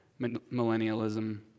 millennialism